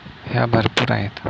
ह्या भरपूर आहेत